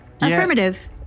Affirmative